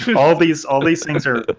but all these all these things are